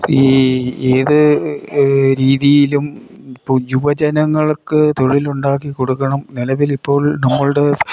ഈ ഏത് രീതിയിലും ഇപ്പം യുവജനങ്ങൾക്ക് തൊഴിലുണ്ടാക്കി കൊടുക്കണം നിലവിലിപ്പോൾ നമ്മളുടെ